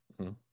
-hmm